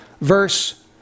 Verse